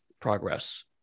progress